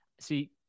See